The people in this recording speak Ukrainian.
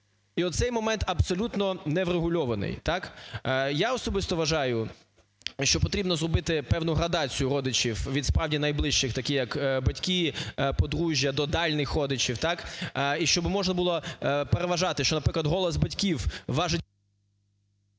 І оцей момент абсолютно не врегульований. Я особисто вважаю, що потрібно зробити певну градацію родичів від, справді, найближчих, такі як батьки, подружжя, до дальніх родичів і щоб можна було переважати, що, наприклад, голос батьків важить…